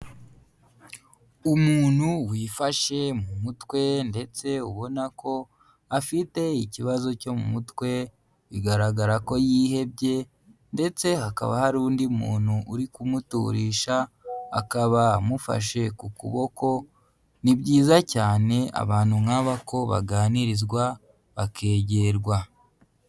Umuntu wifashe mu mutwe ndetse ubona ko afite ikibazo cyo mu mutwe, bigaragara ko yihebye ndetse hakaba hari undi muntu uri kumuturisha, akaba amufashe ku kuboko, ni byiza cyane abantu nk'aba ko baganirizwa, bakegerwa.